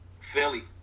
Philly